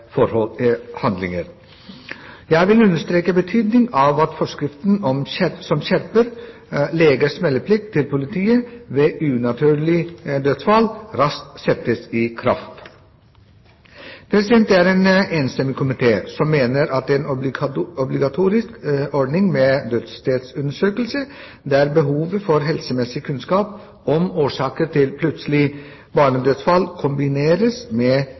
handlinger. Jeg vil understreke betydningen av at forskriften som skjerper legers meldeplikt til politiet ved unaturlig dødsfall, raskt settes i kraft. Det er en enstemmig komité som mener at en obligatorisk ordning med dødsstedsundersøkelse der behovet for helsemessig kunnskap om årsaker til plutselige barnedødsfall kombineres med